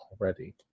already